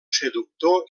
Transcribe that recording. seductor